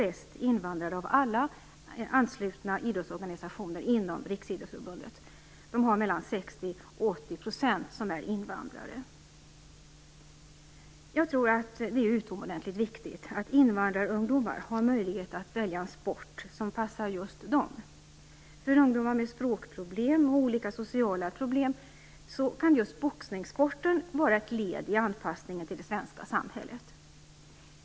Jag tror det är utomordentligt viktigt att invandrarungdomar har möjlighet att välja en sport som passar just dem. För ungdomar med språkproblem och olika sociala problem kan just boxningssporten vara ett led i anpassningen till det svenska samhället.